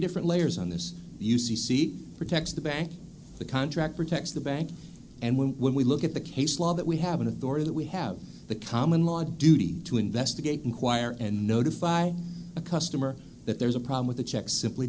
different layers on this u c c protects the banks the contract protects the banks and when we look at the case law that we have an authority that we have the common law a duty to investigate inquire and notifying a customer that there's a problem with the check simply